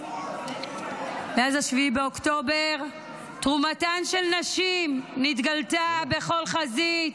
מאז 7 באוקטובר תרומתן של נשים נתגלתה בכל חזית,